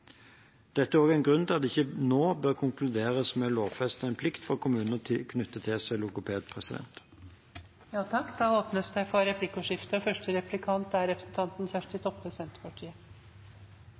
Dette er også en grunn til at det ikke nå bør konkluderes med å lovfeste en plikt for kommunene til å knytte til seg logoped. Det blir replikkordskifte. Helsedirektoratet har kome med ein rapport, og